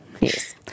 Yes